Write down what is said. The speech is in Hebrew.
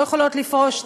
לא יכולות לפרוש,